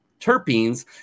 terpenes